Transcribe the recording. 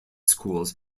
schools